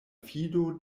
fido